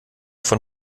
von